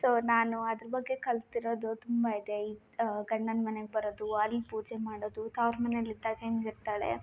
so ನಾನು ಅದ್ರ ಬಗ್ಗೆ ಕಲ್ತಿರೋದು ತುಂಬ ಇದೆ ಈಗ ಗಂಡನ ಮನೆಗೆ ಬರೋದು ಅಲ್ಲಿ ಪೂಜೆ ಮಾಡೋದು ತೌರು ಮನೇಲಿ ಇದ್ದಾಗ ಹೆಂಗೆ ಇರ್ತಾಳೆ